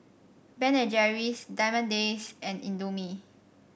Ben and Jerry's Diamond Days and Indomie